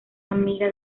amiga